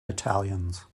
italians